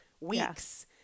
weeks